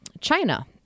China